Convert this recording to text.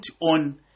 on